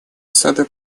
асада